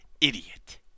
idiot